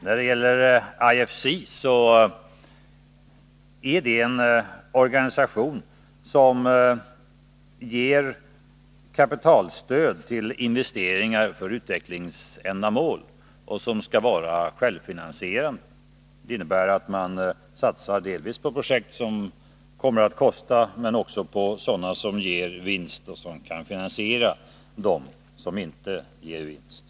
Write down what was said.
När det gäller IFC vill jag säga att det är en organisation som ger kapitalstöd till investeringar för utvecklingsändamål och som skall vara Nr 138 självfinansierande. Det innebär att man delvis satsar på projekt som medför Onsdagen den kostnader, men också på sådant som ger vinst och som kan finansiera dem g : z S de 5 maj 1982 som inte gör det.